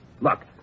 Look